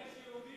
יהודים,